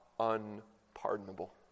unpardonable